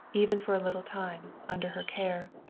even for a little time, under her care.